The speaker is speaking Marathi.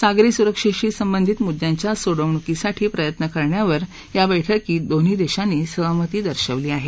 सागरी सुरक्षेशी संबंधित मुद्यांच्या सोडवणुकीसाठी प्रयत्न करण्यावर या बैठकीत दोन्ही देशांनी सहमती दर्शवली आहे